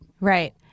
Right